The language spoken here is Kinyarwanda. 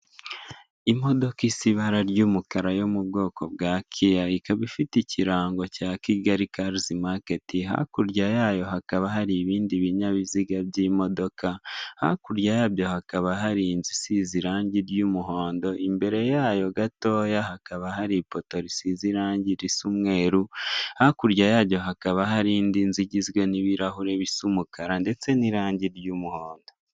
Imodoka isa ibara ry'umukara yo mu bwoko bwa kiya, ikaba ifite ikirango cya Kigali karizi maketi, hakurya yayo hakaba hari ibindi binyabiziga by'imodoka, hakurya yabyo hakaba hari inzu isize irangi ry'umuhondo, imbere yayo gatoya hakaba hari ipoto risize irangi risa umweru, hakurya yaryo hakaba harindi nzu igizwe n'birahuri bisa umukara ndetse n'irangi ry'umuhondo.